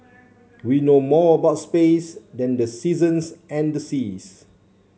we know more about space than the seasons and the seas